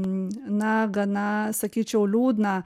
na gana sakyčiau liūdną